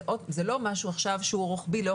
זה לא משהו שהוא רוחבי לאורך כל השנה.